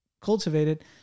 cultivated